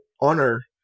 honor